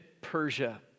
Persia